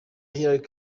hillary